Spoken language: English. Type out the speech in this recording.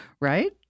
Right